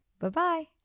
Bye-bye